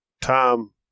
Tom